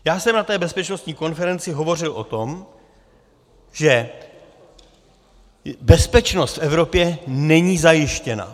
Já jsem na té bezpečnostní konferenci hovořil o tom, že bezpečnost v Evropě není zajištěna.